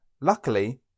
luckily